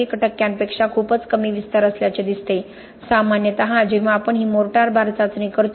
1 टक्क्यांपेक्षा खूपच कमी विस्तार असल्याचे दिसते सामान्यतः जेव्हा आपण ही मोर्टार बार चाचणी करतो आणि 0